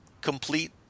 complete